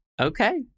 Okay